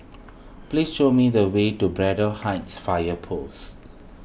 please show me the way to Braddell Heights Fire Post